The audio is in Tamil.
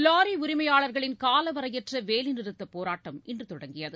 லாரிஉரிமையாளர்களின் காலவரையற்றவேலைநிறுத்தபோராட்டம் இன்றுதொடங்கியது